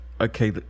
okay